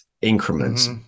increments